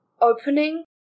opening